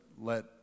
let